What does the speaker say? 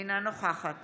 אינה נוכחת